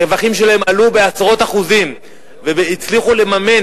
הרווחים שלהן עלו בעשרות אחוזים והצליחו לממן